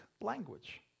language